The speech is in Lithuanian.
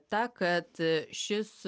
ta kad šis